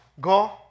go